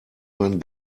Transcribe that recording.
man